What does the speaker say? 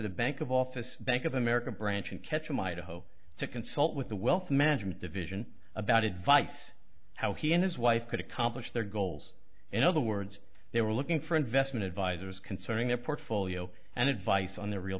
the bank of office bank of america branch in ketchum idaho to consult with the wealth management division about advice how he and his wife could accomplish their goals in other words they were looking for investment advisers concerning their portfolio and advice on their real